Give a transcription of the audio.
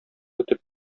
итеп